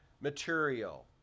material